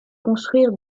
construire